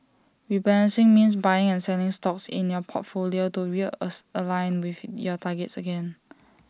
rebalancing means buying and selling stocks in your portfolio to real align with your targets again